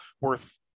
worth